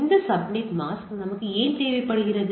இந்த subnet mask நமக்கு ஏன் தேவைப்படுகிறது